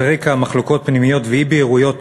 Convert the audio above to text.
על רקע מחלוקות פנימיות ואי-בהירויות